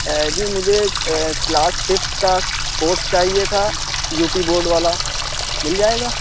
جی مجھے class fifth کا course چاہیے تھا یو پی بورڈ والا مل جائے گا